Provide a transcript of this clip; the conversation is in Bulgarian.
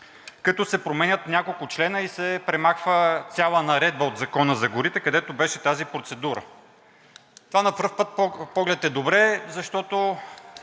като се променят няколко члена и се премахва цяла наредба от Закона за горите, където беше тази процедура. Това на пръв поглед е добре, защото